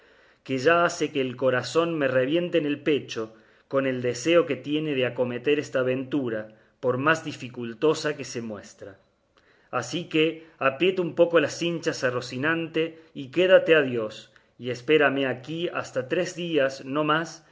que ya hace que el corazón me reviente en el pecho con el deseo que tiene de acometer esta aventura por más dificultosa que se muestra así que aprieta un poco las cinchas a rocinante y quédate a dios y espérame aquí hasta tres días no más